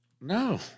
No